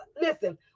Listen